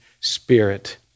Spirit